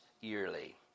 yearly